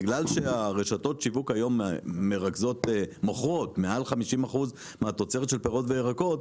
בלל שרשתות השיווק היום מוכרות מעל 50 אחוזים מהתוצרת של פירות וירקות,